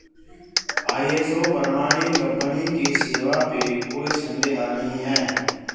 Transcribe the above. ISO प्रमाणित company की सेवा पे कोई संदेह नहीं है